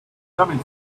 coming